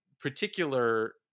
particular